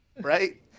Right